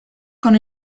con